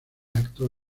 acto